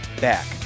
back